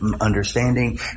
understanding